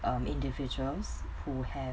um individuals who have